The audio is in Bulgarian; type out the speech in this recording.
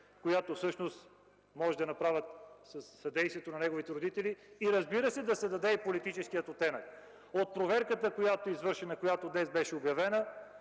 която могат да направят със съдействието на неговите родители и, разбира се, да се даде политически оттенък. От проверката, която извършваме и която днес беше обявена,